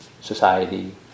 society